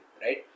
right